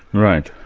right.